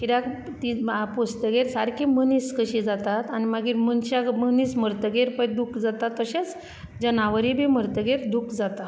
कित्याक ती पोसतगीर सारकी मनीस कशी जाता आनी मागीर मनशाक मनीस मरतगीर पळय दूख जाता तशेंच जनावरां मरतगीर बी दूख जाता